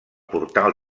portal